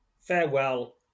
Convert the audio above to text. Farewell